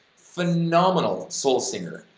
phenomenal soul singer.